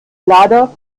lader